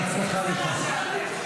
הינה,